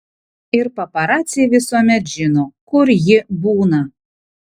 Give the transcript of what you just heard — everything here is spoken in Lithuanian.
ir paparaciai visuomet žino kur ji būna